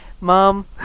Mom